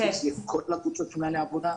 הפצנו לכל הקבוצות של מנהלי העבודה,